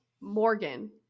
morgan